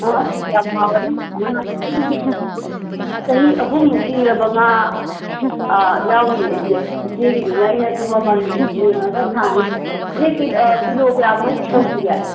ꯑꯣ ꯑꯗꯨꯗꯤ ꯌꯥꯝ ꯍꯥꯎꯔꯝꯅꯤ ꯉꯥ ꯆꯍꯤ ꯑꯍꯨꯝꯃꯨꯛ ꯂꯤꯔꯕ ꯉꯥ ꯌꯥꯎꯔꯤꯌꯦ ꯏꯆꯦ ꯏꯆꯦꯒꯤꯅꯤꯅ ꯑꯩꯅꯁꯨ ꯃꯃꯟ ꯌꯦꯡꯉꯒ ꯁꯥꯅꯤ ꯑꯗꯣ ꯏꯆꯦ ꯀꯤꯂꯣ ꯀꯌꯥꯃꯨꯛ ꯇꯧꯁꯤꯒꯦ